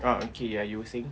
ah okay ya you were saying